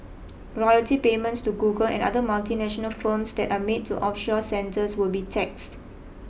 royalty payments to Google and other multinational firms that are made to offshore centres will be taxed